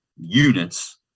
units